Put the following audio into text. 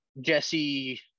Jesse